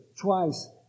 twice